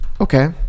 okay